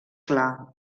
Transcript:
clar